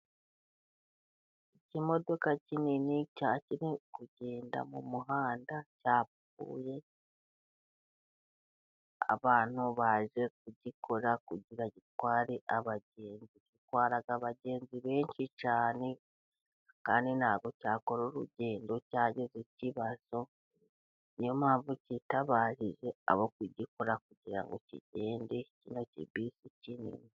Ikimodoka kinini cyari kiri kugenda mu muhanda, cyapfuye abantu baje kugikora, kugirango gitware abagenzi, gitwara abagenzi benshi cyane kandi ntabwo cyakora urugendo cyagize ikibazo, niyo mpamvu cyitabarije abo kugikora, kugira ngo kigende, kino kibisi kinini.